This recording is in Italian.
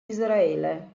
israele